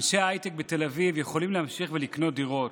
אנשי ההייטק בתל אביב יכולים להמשיך לקנות דירות,